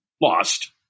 lost